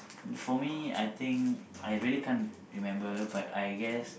for me I think I really can't remember but I guess